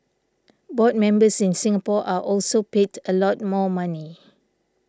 board members in Singapore are also paid a lot more money